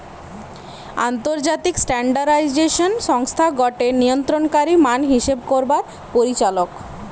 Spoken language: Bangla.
আন্তর্জাতিক স্ট্যান্ডার্ডাইজেশন সংস্থা গটে নিয়ন্ত্রণকারী মান হিসেব করবার পরিচালক